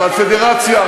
בכלל פדרציה,